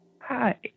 Hi